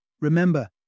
remember